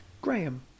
Graham